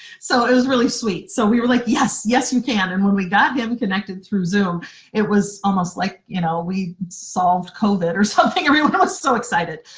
so it was really sweet. so we were like, yes, yes you can! and when we got him connected through zoom it was almost like you know we solved covid or something, everyone was so excited!